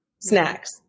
snacks